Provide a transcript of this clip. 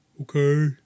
Okay